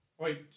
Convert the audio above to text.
Wait